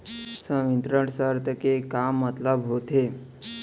संवितरण शर्त के का मतलब होथे?